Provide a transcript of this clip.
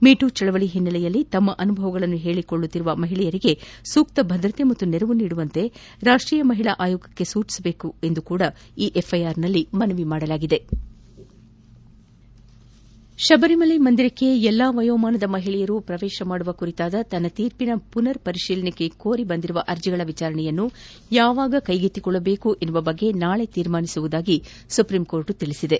me too ಚಳವಳಿಯ ಹಿನ್ನೆಲೆಯಲ್ಲಿ ತಮ್ಮ ಅನುಭವಗಳನ್ನು ಹೇಳಿಕೊಳ್ಳುತ್ತರು ಮಹಿಳಯರಿಗೆ ಸೂಕ್ತ ಭದ್ರತೆ ಮತ್ತು ನೆರವು ನೀಡವಂತೆ ರಾಷ್ಷೀಯ ಮಹಿಳಾ ಆಯೋಗಕ್ಕೆ ಸೂಚಿಸಬೇಕೆಂದು ಸಹ ಈ ಎಫ್ಐಆರ್ನಲ್ಲಿ ಮನವಿ ಮಾಡಲಾಗಿದೆ ಶಬರಿಮಲೆ ಮಂದಿರಕ್ಷೆ ಎಲ್ಲಾ ವಯೋಮಾನದ ಮಹಿಳೆಯರು ಪ್ರವೇಶಿಸುವ ಕುರಿತಾದ ತನ್ನ ತೀರ್ಷಿನ ಪುನರ್ ಪರಿತೀಲನೆ ಕೋರಿ ಬಂದಿರುವ ಅರ್ಜಿಗಳ ವಿಚಾರಣೆಯನ್ನು ಯಾವಾಗ ಕೈಗೆತ್ತಿಕೊಳ್ಳಬೇಕು ಎಂಬ ಬಗ್ಗೆ ನಾಳೆ ನಿರ್ಧರಿಸುವುದಾಗಿ ಸುಪ್ರೀಂಕೋರ್ಟ್ ತಿಳಿಸಿದೆ